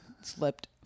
Slipped